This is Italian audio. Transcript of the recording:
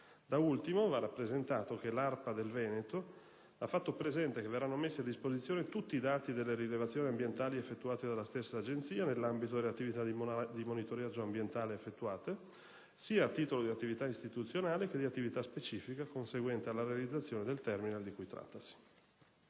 Da ultimo, si rappresenta che l'ARPA Veneto ha fatto presente che verranno messi a disposizione tutti i dati delle rilevazioni ambientali effettuate dalla stessa Agenzia nell'ambito delle attività di monitoraggio ambientale effettuate, sia a titolo di attività istituzionale che di attività specifica conseguente alla realizzazione del terminale di cui trattasi.